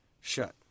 Shut